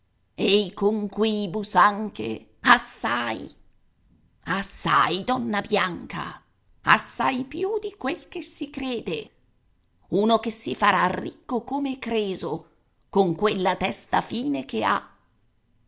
e i conquibus anche assai assai donna bianca assai più di quel che si crede uno che si farà ricco come creso con quella testa fine che ha